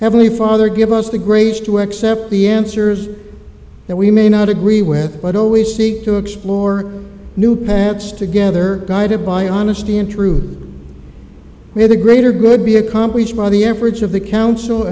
heavenly father give us the grace to accept the answers that we may not agree with but always seek to explore new paths together guided by honesty in truth where the greater good be accomplished by the average of the council